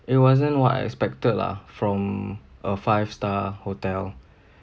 it wasn't what I expected lah from a five star hotel